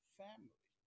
family